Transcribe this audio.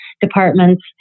departments